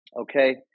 okay